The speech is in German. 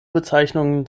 bezeichnungen